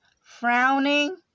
frowning